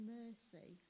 mercy